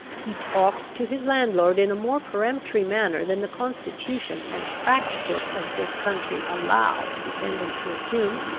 he talked to his landlord in a more peremptory manner than the constitution and practices of this country allow a dependent to assume.